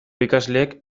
ikasleek